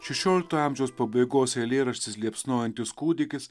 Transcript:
šešioliktojo amžiaus pabaigos eilėraštis liepsnojantis kūdikis